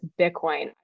Bitcoin